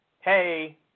hey